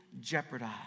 jeopardize